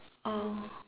oh